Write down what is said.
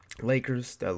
Lakers